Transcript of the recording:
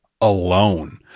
alone